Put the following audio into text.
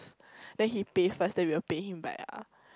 then he pay first then we will pay him back ah